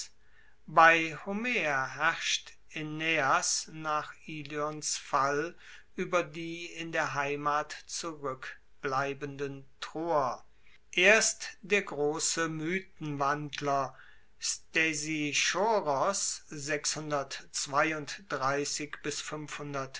bei homer herrscht aeneas nach ilions fall ueber die in der heimat zurueckbleibenden troer erst der grosse mythenwandler